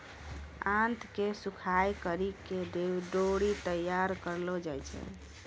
आंत के सुखाय करि के डोरी तैयार करलो जाय छै